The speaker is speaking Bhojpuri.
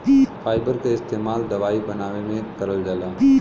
फाइबर क इस्तेमाल दवाई बनावे में करल जाला